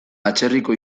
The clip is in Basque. atzerriko